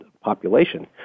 population